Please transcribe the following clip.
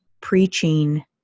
preaching